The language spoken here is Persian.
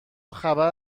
خبر